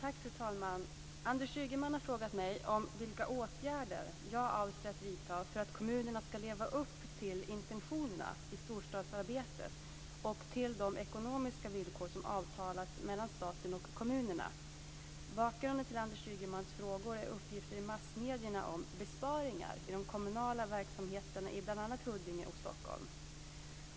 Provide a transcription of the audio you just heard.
Fru talman! Anders Ygeman har frågat mig om vilka åtgärder jag avser att vidtaga för att kommunerna ska leva upp till intentionerna i storstadsarbetet och till de ekonomiska villkor som avtalats mellan staten och kommunerna. Bakgrunden till Anders Ygemans frågor är uppgifter i massmedierna om besparingar i de kommunala verksamheterna i bl.a. Huddinge och Stockholm.